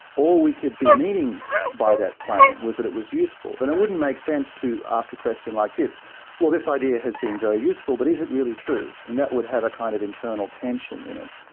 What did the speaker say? all we could be meaning by that claim was that it was useful, then it wouldn't make sense to ask a question like this well, this idea has been very useful, but is it really true? and that would have a kind of internal tension in it.